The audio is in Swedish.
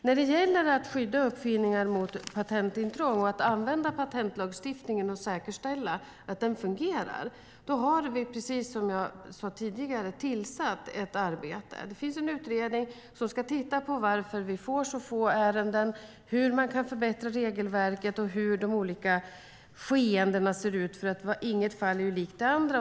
När det gäller att skydda uppfinningar mot patentintrång och att använda patentlagstiftningen och säkerställa att den fungerar har vi, precis som jag sade tidigare, börjat ett arbete. Det finns en utredning som ska titta på varför vi får så få ärenden, hur man kan förbättra regelverket och hur de olika skeendena ser ut, för inget fall är ju likt det andra.